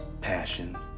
passion